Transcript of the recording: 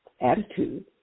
attitude